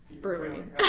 Brewing